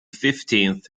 fifteenth